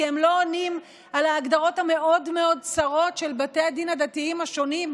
כי הם לא עונים על ההגדרות המאוד-מאוד צרות של בתי הדין הדתיים השונים,